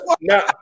Now